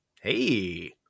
Hey